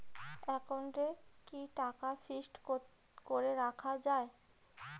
একাউন্টে কি টাকা ফিক্সড করে রাখা যায়?